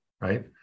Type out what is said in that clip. right